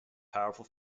powerful